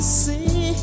see